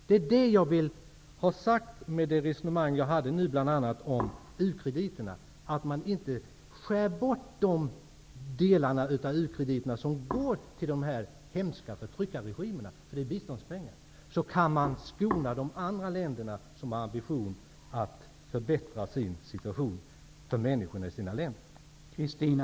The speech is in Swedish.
Det är denna fråga mitt resonemang om ukrediterna rörde sig kring, dvs. att man nu inte skär ned de delar av u-krediterna som går till dessa hemska förtryckarregimer -- och det är ju biståndspengar. I stället skulle man kunna skona de länder som har en ambition att förbättra situationen för människorna.